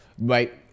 right